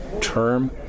term